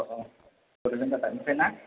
औ बड'लेण्ड रादाबनिफ्राय ना